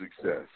success